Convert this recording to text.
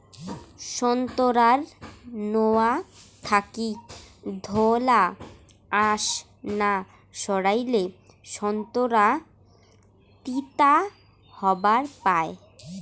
সোন্তোরার নোয়া থাকি ধওলা আশ না সারাইলে সোন্তোরা তিতা হবার পায়